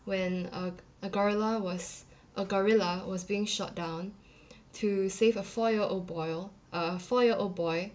when a a gorilla was a gorilla was being shot down to save a four year old boy uh four year old boy